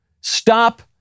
stop